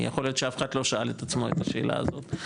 יכול להיות שאף אחד לא שאל את עצמו את השאלה הזאת,